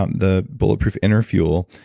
um the bulletproof inner fuel,